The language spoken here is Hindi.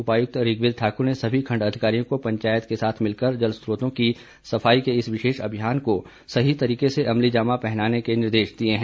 उपायुक्त ऋग्वेद ठाकुर ने सभी खंड अधिकारियों को पंचायत के साथ मिलकर जल स्त्रोतों की सफाई के इस विशेष अभियान को सही तरीके से अमलीजामा पहनाने के निर्देश दिए है